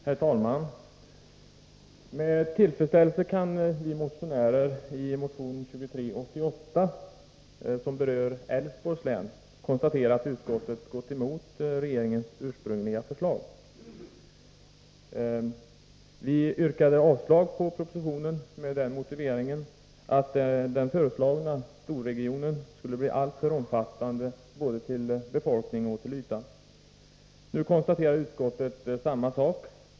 Herr talman! Med tillfredsställelse kan vi motionärer bakom motion 2388, som berör Älvsborgs län, konstatera att utskottet gått emot regeringens ursprungliga förslag. Vi yrkade avslag på propositionen, med motiveringen att den föreslagna storregionen skulle bli alltför omfattande både befolkningsmässigt och till ytan. Utskottet konstaterade samma sak.